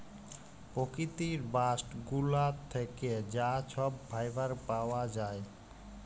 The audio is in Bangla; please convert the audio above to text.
পকিতির বাস্ট গুলা থ্যাকে যা ছব ফাইবার পাউয়া যায়